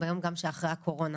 ביום גם שאחרי הקורונה